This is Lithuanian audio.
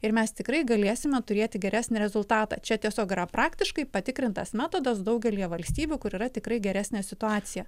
ir mes tikrai galėsime turėti geresnį rezultatą čia tiesiog yra praktiškai patikrintas metodas daugelyje valstybių kur yra tikrai geresnė situacija